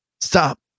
stop